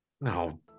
No